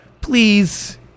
please